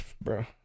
Bro